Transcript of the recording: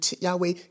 Yahweh